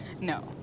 no